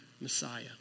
Messiah